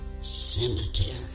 cemetery